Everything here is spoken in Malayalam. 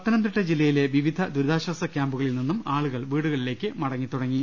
പത്തനംതിട്ട ജില്ലയിലെ വിവിധ ദുരിതാശ്രാസ് ക്യാമ്പുകളിൽ നിന്നും ആളുകൾ വീടുകളിലേക്ക് മടങ്ങി തുടങ്ങി